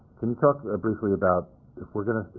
can you talk briefly about if we're going to